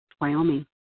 Wyoming